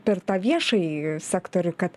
per tą viešąjį sektorių kad